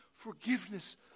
Forgiveness